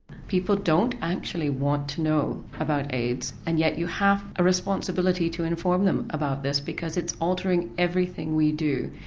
people don't actually want to know about aids and yet you have a responsibility to inform them about this because it's altering everything we do.